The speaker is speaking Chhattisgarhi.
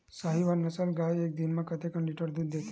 साहीवल नस्ल गाय एक दिन म कतेक लीटर दूध देथे?